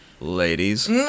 ladies